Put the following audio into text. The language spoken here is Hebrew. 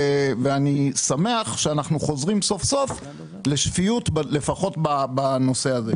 אני שמח שאנחנו חוזרים סוף סוף לשפיות לפחות בנושא הזה.